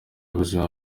y’ubuzima